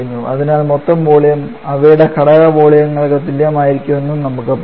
അതിനാൽ മൊത്തം വോളിയം അവയുടെ ഘടക വോള്യങ്ങൾക്ക് തുല്യമായിരിക്കണമെന്നും നമുക്ക് പറയാം